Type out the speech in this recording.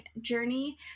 journey